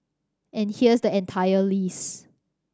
and here's the entire list